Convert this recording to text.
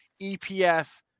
EPS